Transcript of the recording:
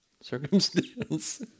circumstance